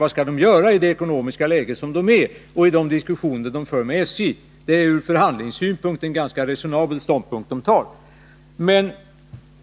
Vad skall man där göra i det ekonomiska läge som man befinner sig i och i de diskussioner som man för med SJ? Det är ur förhandlingssynpunkt en ganska resonabel ståndpunkt man intar. Men den sortens